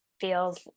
feels